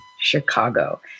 Chicago